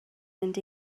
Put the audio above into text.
mynd